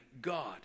God